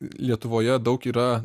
lietuvoje daug yra